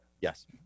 Yes